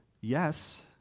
yes